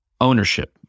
ownership